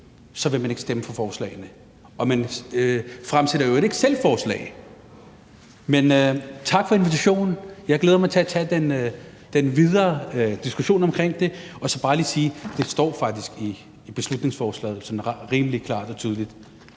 vil man ikke stemme for forslagene, og man fremsætter i øvrigt ikke selv forslag. Men tak for invitationen. Jeg glæder mig til at tage den videre diskussion om det. Og så vil jeg bare lige sige, at det faktisk står rimelig klart og tydeligt